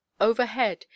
Overhead